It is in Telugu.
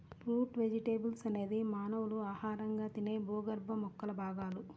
రూట్ వెజిటేబుల్స్ అనేది మానవులు ఆహారంగా తినే భూగర్భ మొక్కల భాగాలు